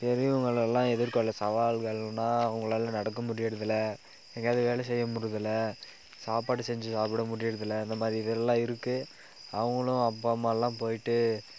பெரியவங்களல்லாம் எதிர்கொள்ள சவால்கள்னால் அவங்களால நடக்க முடியறதில்லை எங்கேயாது வேலை செய்ய முடியதில்லை சாப்பாடு செஞ்சு சாப்பிட முடியிறதில்லை இந்த மாதிரி இதல்லாம் இருக்குது அவங்களும் அப்பா அம்மால்லாம் போய்விட்டு